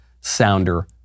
sounder